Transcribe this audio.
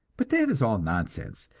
but that is all nonsense,